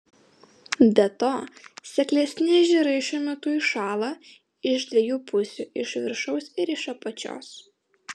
be to seklesni ežerai šiuo metu įšąla iš dviejų pusių iš viršaus ir iš apačios